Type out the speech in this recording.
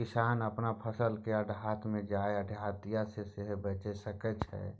किसान अपन फसल केँ आढ़त मे जाए आढ़तिया केँ सेहो बेचि सकै छै